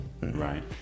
right